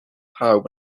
pawb